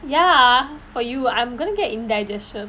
ya for you I'm gonna get indigestion